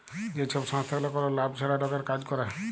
যে ছব সংস্থাগুলা কল লাভ ছাড়া লকের কাজ ক্যরে